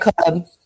club